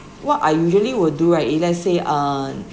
what I usually will do right if let's say uh